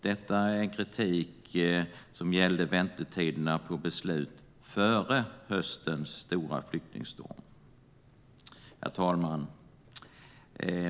Detta är kritik som gällde väntetiderna på beslut före höstens stora flyktingström. Herr talman!